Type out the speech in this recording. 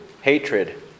hatred